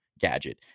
gadget